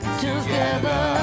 together